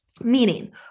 Meaning